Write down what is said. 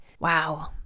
Wow